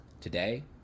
Today